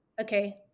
Okay